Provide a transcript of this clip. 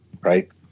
right